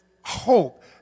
hope—